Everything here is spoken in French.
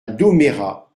domérat